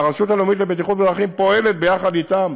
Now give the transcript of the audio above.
והרשות הלאומית לבטיחות בדרכים פועלת יחד אתם,